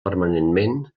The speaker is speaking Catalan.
permanentment